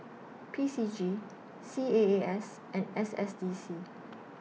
P C G C A A S and S S D C